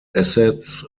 assets